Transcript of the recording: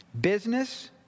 business